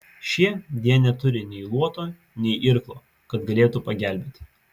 šie deja neturi nei luoto nei irklo kad galėtų pagelbėti